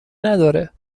نداره